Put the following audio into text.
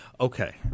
Okay